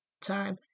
time